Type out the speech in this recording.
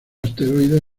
asteroide